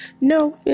no